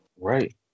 Right